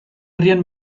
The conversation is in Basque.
herrian